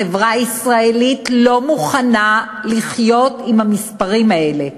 החברה הישראלית לא מוכנה לחיות עם המספרים האלה,